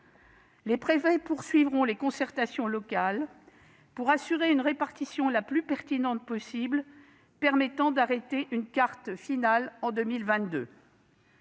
les préfets poursuivront les concertations locales afin d'assurer une répartition la plus pertinente possible, permettant d'arrêter une carte finale en 2022.